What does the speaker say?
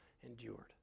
endured